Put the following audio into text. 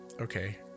okay